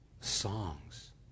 songs